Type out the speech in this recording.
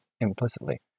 implicitly